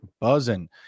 buzzing